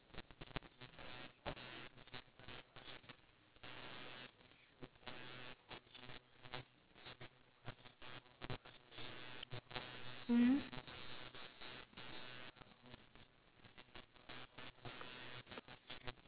mm